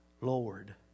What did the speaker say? Lord